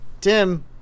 Tim